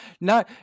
no